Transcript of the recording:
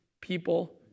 people